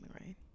right